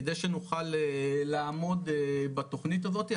כדי שנוכל לעמוד בתוכנית הזאתי,